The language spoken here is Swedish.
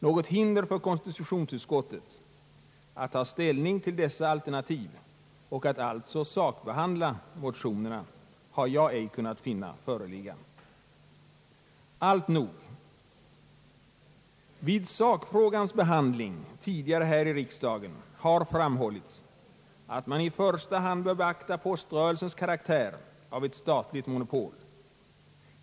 Något hinder för konstitutionsutskottet att ta ställning till dessa alternativ och att alltså i sak behandla motionerna har jag ej kunnat finna föreligga. Alltnog, vid sakfrågans behandling tidigare här i riksdagen har framhållits att man i första hand bör beakta poströrelsens karaktär av ett statligt monopol.